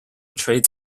trade